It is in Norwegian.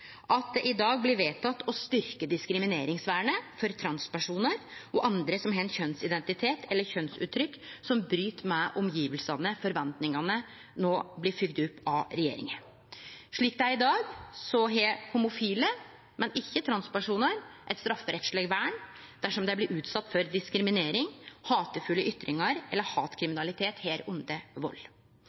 at det i dag blir vedteke å styrkje diskrimineringsvernet for transpersonar og andre som har ein kjønnsidentitet eller eit kjønnsuttrykk som bryt med forventingane til omgivnadene, og at dette no blir fylgt opp av regjeringa. Slik det er i dag, har homofile, men ikkje transpersonar eit strafferettsleg vern dersom dei blir utsette for diskriminering, hatefulle ytringar eller hatkriminalitet, inkludert vald.